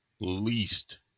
least